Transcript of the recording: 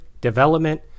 development